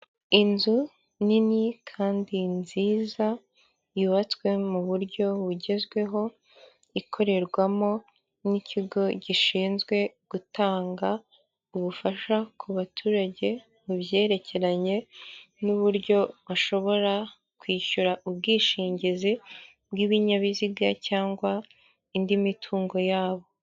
Inzu nini kandi nziza yubatswe mu buryo bugezweho ikorerwamo n'ikigo gishinzwe gutanga ubufasha ku baturage mu byerekeranye n'uburyo bashobora kwishyura ubwishingizi bw'ibinyabiziga cyangwa indi mitungo yabo.